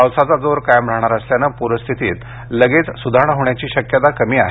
पावसाचा जोर कायम राहणार असल्यानं पूरस्थितीत लगेच सुधारणा होण्याची शक्यता कमी आहे